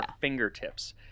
fingertips